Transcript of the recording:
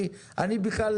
אני בכלל,